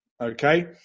okay